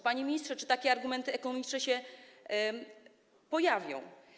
Panie ministrze, czy takie argumenty ekonomiczne się pojawią?